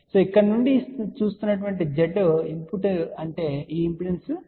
కాబట్టి ఇక్కడ నుండి చూస్తున్న Z ఇన్పుట్ అంటే ఈ ఇంపిడెన్స్ Z